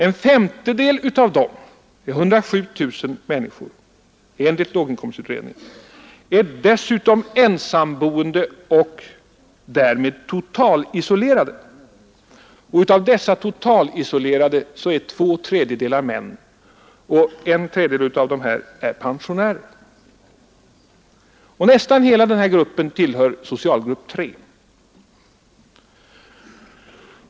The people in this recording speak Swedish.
En femtedel av dem — det är 107 000 människor, också detta enligt låginkomstutredningen — är dessutom ensamboende och därmed totalisolerade, och av dessa totalisolerade är två tredjedelar män och en tredjedel av dessa är pensionärer. Nästan hela denna grupp tillhör socialgrupp 3.